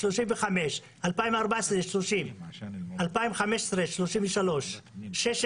35, 2014 30, 2015 33, 2016